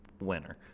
winner